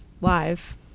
live